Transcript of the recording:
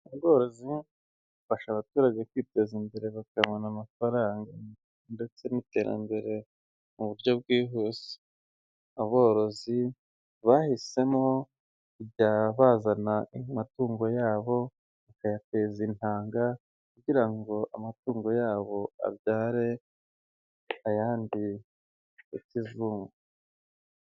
Ubworozi bufasha abaturage kwiteza imbere bakabona amafaranga ndetse n'iterambere mu buryo bwihuse, aborozi bahisemo kujya bazana amatungo yabo bakayateza intanga kugira ngo amatungo yabo abyare ayandi ya kizungu.